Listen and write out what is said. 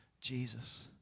Jesus